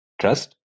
trust